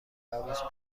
عروس